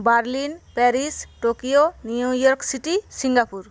Berlin Paris Tokyo New York City Singapore